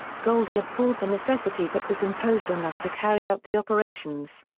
golda abhorred the necessity that was imposed on us to carry out the operations.